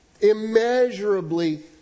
Immeasurably